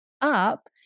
up